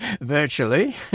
virtually